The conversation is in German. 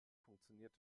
funktioniert